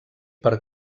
per